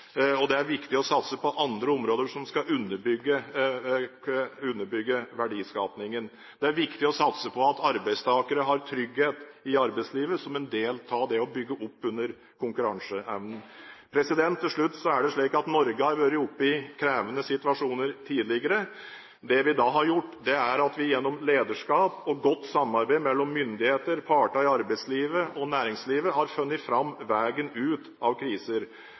og det er viktig å satse på andre områder som skal underbygge verdiskapingen. Det er viktig å satse på at arbeidstakere har trygghet i arbeidslivet, som en del av det å bygge opp under konkurranseevnen. Til slutt: Det er slik at Norge har vært oppe i krevende situasjoner tidligere. Det vi da har gjort, er at vi gjennom lederskap og godt samarbeid mellom myndigheter, partene i arbeidslivet og næringslivet har funnet veien ut av kriser.